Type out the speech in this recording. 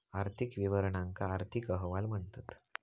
आर्थिक विवरणांका आर्थिक अहवाल म्हणतत